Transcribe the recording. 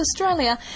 Australia